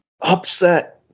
upset